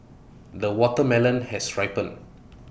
the watermelon has ripened